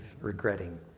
regretting